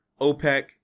OPEC